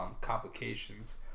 complications